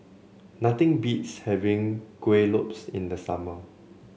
nothing beats having Kuih Lopes in the summer